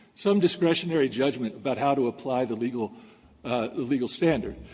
some discretionary judgment about how to apply the legal the legal standard.